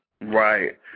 Right